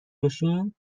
بشین